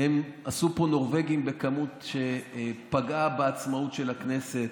הם עשו פה נורבגים בכמות שפגעה בעצמאות של הכנסת.